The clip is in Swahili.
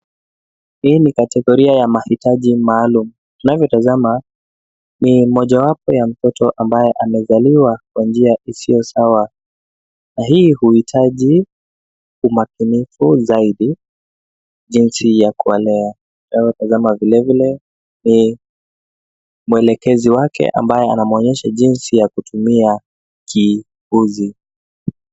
Hii ni kategoria ya mahitaji maalum. Unavyotazama ni mojawapo ya mtoto ambaye amezaliwa kwa njia isiyo sawa. Na hii huhitaji umakinifu zaidi, jinsi ya kuwalea. Unavyotazama vile vile, ni mwelekezi wake ambaye anamuonyesha jinsi ya kutumia kiuzi.